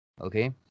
okay